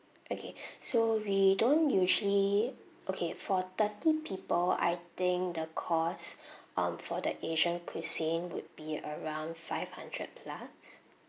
okay so we don't usually okay for thirty people I think the cost um for the asian cuisine would be around five hundred plus